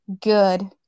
good